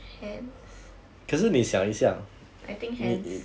hands I think hands